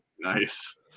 Nice